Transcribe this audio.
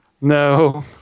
No